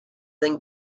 than